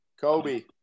kobe